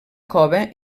cova